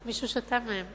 מישהו שתה מהם.